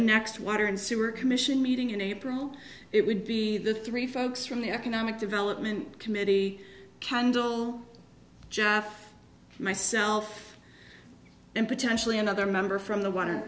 next water and sewer commission meeting in april it would be the three folks from the economic development committee candle jaf myself and potentially another member from the water